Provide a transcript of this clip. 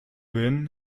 win